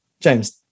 James